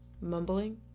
Mumbling